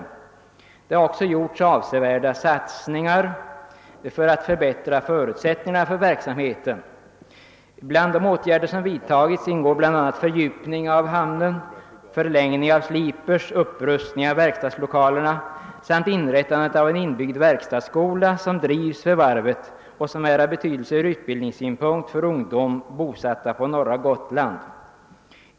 Avsevärda satsningar har också gjorts för att förbättra förutsättningarna för verksamheten. I de åtgärder som vidtagits ingår bl.a. fördjupning av hamnen, förlängning av sliprar, upprustning av verkstadslokalerna samt inrättandet av en inbyggd verkstadsskola som drivs vid varvet och som är av betydelse ur utbildningssynpunkt för ungdom bosatt på norra Gotland.